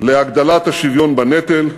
להגדלת השוויון בנטל,